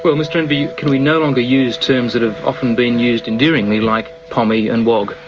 but mr enderby, can we no longer use terms that have often been used endearingly, like pommie and wog?